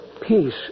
peace